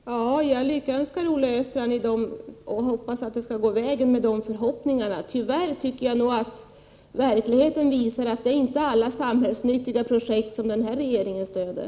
Herr talman! Jag lyckönskar Olle Östrand och hoppas att det skall gå vägen med de förhoppningarna. Tyvärr tycker jag nog att verkligheten visar att det inte är alla samhällsnyttiga projekt som regeringen stöder.